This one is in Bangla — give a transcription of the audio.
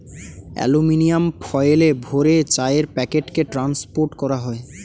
অ্যালুমিনিয়াম ফয়েলে ভরে চায়ের প্যাকেটকে ট্রান্সপোর্ট করা হয়